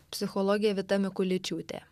psichologė vita mikuličiūtė